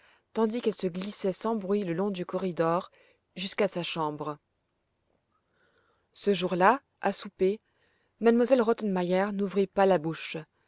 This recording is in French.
tandis qu'elle se glissait sans bruit le long du corridor jusqu'à sa chambre ce jour-là à souper m elle rottenmeier n'ouvrit pas la bouche